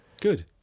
good